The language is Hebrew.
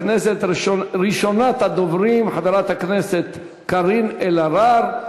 ראשונת הדוברים היא חברת הכנסת קארין אלהרר.